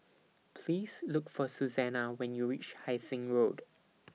Please Look For Susannah when YOU REACH Hai Sing Road